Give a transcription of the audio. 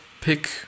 pick